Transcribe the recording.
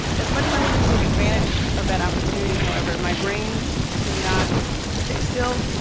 as much as i wanted to take advantage of that opportunity, however, my brain could not stay still.